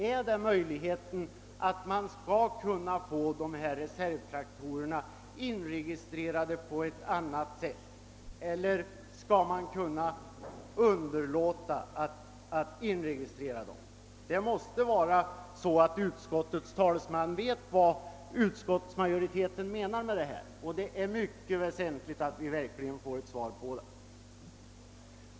Är det möjligheten att få dessa reservtraktorer inregistrerade på ett annat sätt, eller skall man kunna underlåta att inregistrera dem? Utskottets talesman måste veta vad utskottsmajoriteten menar med detta, och det är mycket väsentligt att vi verkligen får ett svar på den frågan.